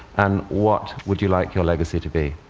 and what would you like your legacy to be?